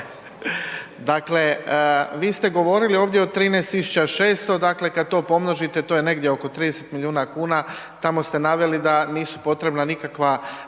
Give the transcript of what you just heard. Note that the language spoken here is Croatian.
Dakle, vi ste govorili ovdje o 13600, dakle kad to pomnožite to je negdje oko 30 milijuna kuna, tamo ste naveli da nisu potrebna nikakva